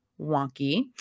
wonky